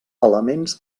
elements